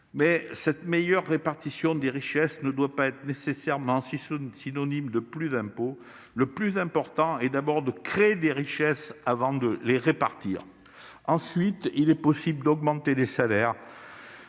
Mais cette meilleure répartition ne doit pas être nécessairement synonyme de davantage d'impôts. Le plus important est d'abord de créer des richesses avant de les répartir. Ensuite seulement il sera possible d'augmenter les salaires,